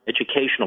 educational